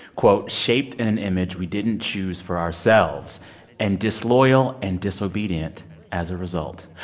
quote, shaped in an image we didn't choose for ourselves and disloyal and disobedient as a result.